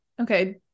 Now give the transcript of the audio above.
Okay